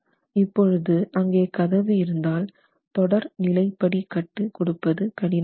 இப்பொழுது அங்கே கதவு இருந்தால் தொடர் நிலைப்படி கட்டு கொடுப்பது கடினமாகும்